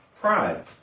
Pride